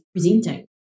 presenting